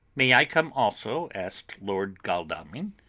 may i come also? asked lord godalming.